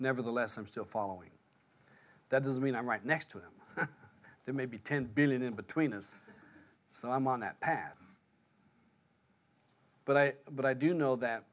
nevertheless i'm still following that doesn't mean i'm right next to him there may be ten billion in between is so i'm on that path but but i do know that